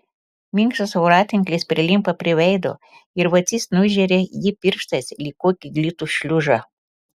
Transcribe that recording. minkštas voratinklis prilimpa prie veido ir vacys nužeria jį pirštais lyg kokį glitų šliužą